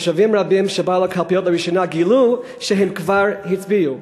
תושבים רבים שבאו לקלפיות לראשונה גילו שהם כבר הצביעו,